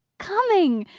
coming